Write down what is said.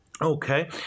okay